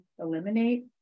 eliminate